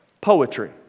Poetry